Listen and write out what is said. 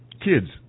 kids